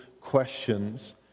questions